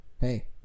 hey